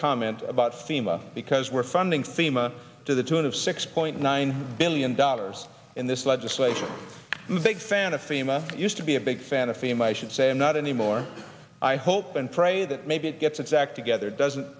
comment about fema because we're funding fema to the tune of six point nine billion dollars in this legislation the big fan of fema used to be a big fan of fame i should say not anymore i hope and pray that maybe it gets its act together doesn't